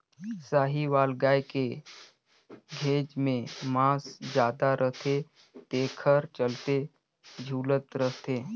साहीवाल गाय के घेंच में मांस जादा रथे तेखर चलते झूलत रथे